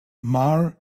mar